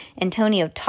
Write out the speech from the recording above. Antonio